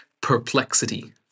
perplexity